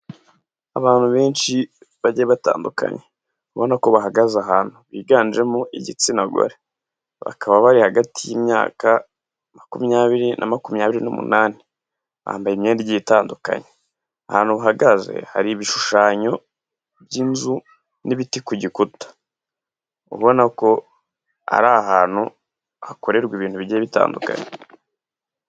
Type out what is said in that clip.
Abantu benshi bagiye batandukanye, ubona ko bahagaze ahantu, biganjemo igitsina gore, bakaba bari hagati y'imyaka makumyabiri na makumyabiri n'umunani, bambaye imyenda igiye itandukanye, ahantu bahagaze hari ibishushanyo by'inzu n'ibiti ku gikuta, ubona ko ari ahantu hakorerwa ibintu bigiye bitandukanye.